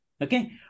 okay